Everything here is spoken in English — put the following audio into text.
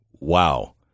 Wow